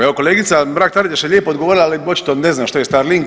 Evo kolegica Mrak Taritaš je lijepo odgovorila, ali očito ne zna što je Starlink.